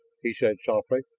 he said softly.